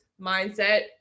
mindset